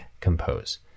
Compose